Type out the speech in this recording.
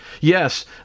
yes